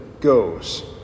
goes